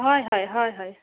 হয় হয় হয় হয়